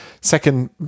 second